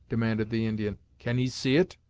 demanded the indian. can he see it?